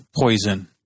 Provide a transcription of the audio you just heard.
Poison